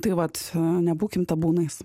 tai vat nebūkim tabūnais